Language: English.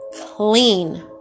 clean